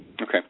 Okay